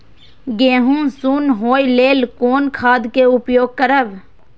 गेहूँ सुन होय लेल कोन खाद के उपयोग करब?